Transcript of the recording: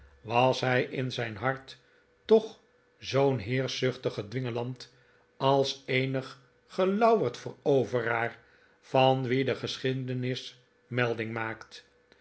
was hij in zijn hart toch zoo'n heerschzuchtige dwingeland als eenig gelauwerd veroveraar van wien de geschiedenis melding maakt